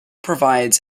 provides